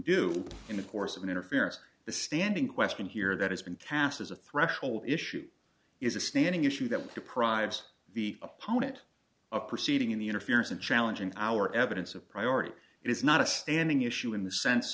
do in the course of an interference the standing question here that has been cast as a threshold issue is a standing issue that deprives the opponent of proceeding in the interference and challenging our evidence of priority it is not a standing issue in the sense